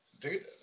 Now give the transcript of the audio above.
dude